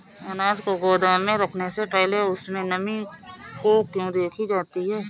अनाज को गोदाम में रखने से पहले उसमें नमी को क्यो देखी जाती है?